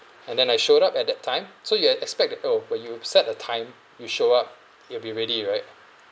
and then I showed up at that time so you e~ expect the oh when you set a time you show up it will be ready right